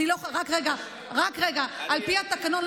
על פי התקנון,